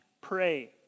pray